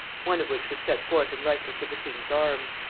one of which was set forth in likeness of the king's arms.